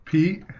Pete